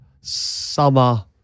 summer